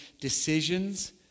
decisions